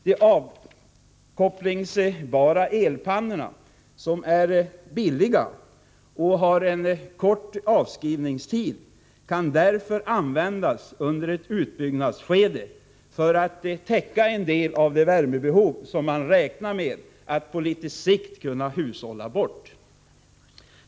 De avkopplingsbara elpannorna, som är billiga och har kort avskrivningstid, kan därför användas under ett utbyggnadsskede för att täcka en del av det värmebehov som man räknar med att på sikt kunna hushålla bort.